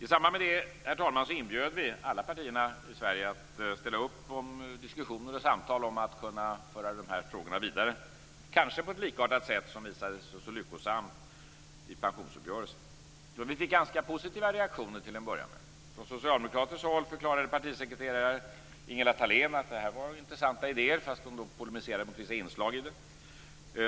I samband med detta inbjöd vi alla partier i Sverige att ställa upp på diskussioner och samtal om att kunna föra dessa frågor vidare, kanske på ett likartat sätt som visade sig så lyckosamt i pensionsuppgörelsen. Till att börja med var reaktionerna ganska positiva. Från socialdemokraterna förklarade partisekreterare Ingela Thalén att idéerna var ganska intressanta, fast hon polemiserade mot vissa inslag.